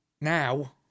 now